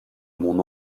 mon